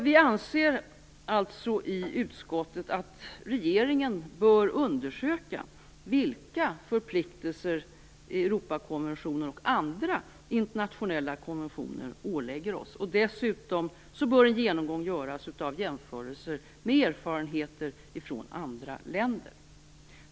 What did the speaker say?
Vi anser i utskottet att regeringen bör undersöka vilka förpliktelser Europakonventionen och andra internationella konventioner ålägger oss. Dessutom bör en genomgång göras av jämförelser med erfarenheter ifrån andra länder.